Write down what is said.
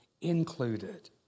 included